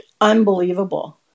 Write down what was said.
unbelievable